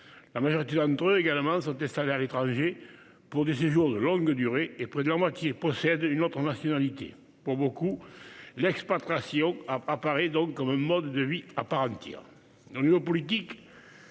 La majorité d'entre eux sont installés à l'étranger pour des séjours de longue durée, et près de la moitié possèdent une autre nationalité. Pour beaucoup, l'expatriation apparaît donc comme un mode de vie à part entière.